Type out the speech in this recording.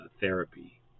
therapy